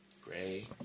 Gray